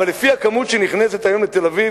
אבל לפי הכמות שנכנסת היום לתל-אביב,